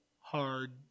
hard